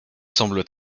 semble